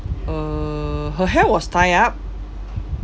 uh her hair was tie up